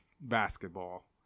basketball